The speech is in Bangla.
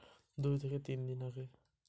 বর্ষার কতদিন আগে বীজ বপন করা উচিৎ?